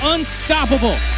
Unstoppable